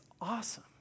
awesome